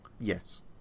Yes